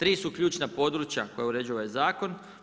Tri su ključna područja koja uređuju ovaj zakon.